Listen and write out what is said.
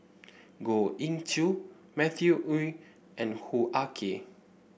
Goh Ee Choo Matthew Ngui and Hoo Ah Kay